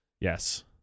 yes